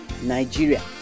Nigeria